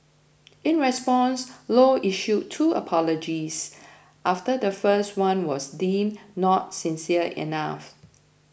in response low issued two apologies after the first one was deemed not sincere enough